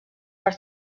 per